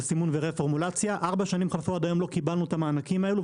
סימון --- ארבע שנים חלפו ועד היום לא קיבלנו את המענקים הללו.